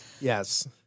Yes